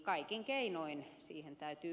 kaikin keinoin siihen täytyy